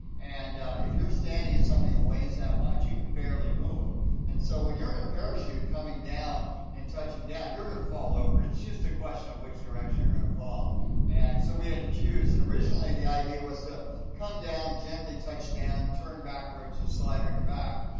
and, if you're standing in something that weighs that much, you can barely move so, when you're in a parachute coming down and touching down, you're gonna fall over. it's just a question of which direction you're gonna fall and, so, we had to choose. and, originally, the idea was to come down, gently touch down, turn backwards and slide on your back.